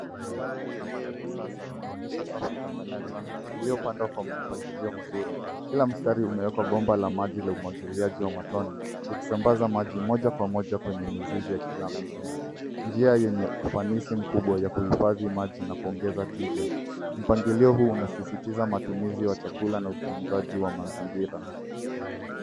Mandhari ya shamba la kisasa inaonyesha safu za mimea changa iliyopadwa kwa mpangilio mzuri. Kila mstari umewekwa bomba la maji la umwagiliaji wa matone ukisambaza maji moja kwa moja kwenye mizizi ya kila mimea njia yenye ufanisi mkubwa ya kuhifadhi maji na kuongeza [jija].Mpangilio huu unasisitiza matumizi ya chakula na utimizaji wa mazingira.